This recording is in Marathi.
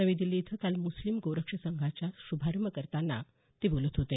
नवी दिल्ली इथं काल मुस्लिम गोरक्ष संघाचा शुभारंभ करतांना ते बोलत होते